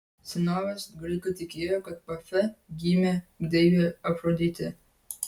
senovės graikai tikėjo kad pafe gimė deivė afroditė